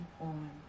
on